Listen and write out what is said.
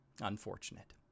Unfortunate